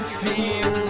feel